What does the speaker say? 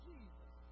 Jesus